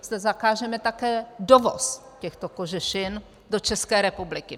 Zda zakážeme také dovoz těchto kožešin do České republiky.